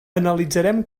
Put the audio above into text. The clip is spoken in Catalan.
analitzarem